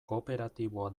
kooperatiboa